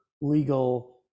legal